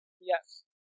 Yes